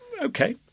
Okay